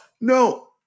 No